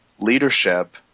leadership